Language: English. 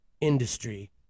industry